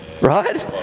Right